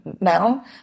now